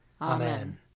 Amen